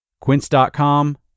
Quince.com